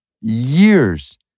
years